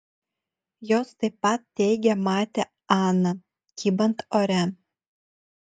jos taip pat teigė matę aną kybant ore